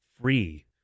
free